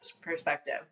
perspective